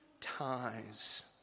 ties